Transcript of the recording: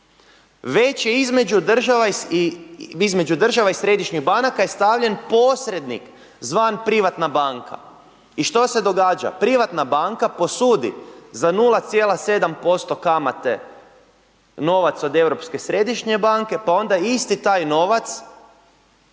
Već je između država i središnjih banaka je stavljen posrednik zvan privatna banka. I što se događa? Privatna banka posudi za 0,7% kamate novac od Europske središnje banke pa onda isti taj novac